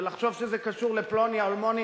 ולחשוב שזה קשור לפלוני אלמוני,